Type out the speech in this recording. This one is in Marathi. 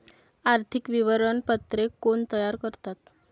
आर्थिक विवरणपत्रे कोण तयार करतात?